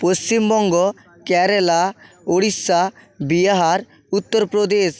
Paschimbanga Kerala Orissa Bihar Uttar Pradesh